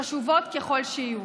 חשובות ככל שיהיו.